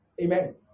Amen